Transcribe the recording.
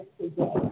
today